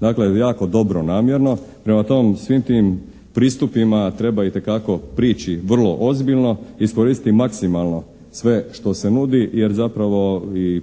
Dakle jako dobronamjerno. Prema svim tim pristupima treba itekako prići vrlo ozbiljno iskoristiti maksimalno sve što se nudi jer zapravo i